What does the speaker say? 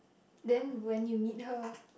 then when you meet her